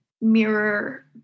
mirror